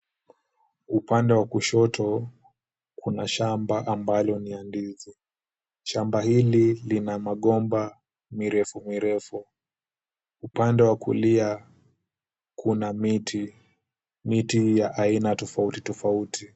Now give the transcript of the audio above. Upande wa kushoto kuna shamba ambalo ni ya ndizi. Shamba hili lina magomba mirefu mirefu. Upande wa kulia kuna miti. Miti ya aina tofauti tofauti.